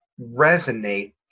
resonate